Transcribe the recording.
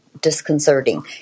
disconcerting